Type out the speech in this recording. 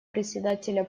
председателя